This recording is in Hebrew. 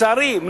לצערי,